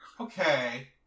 Okay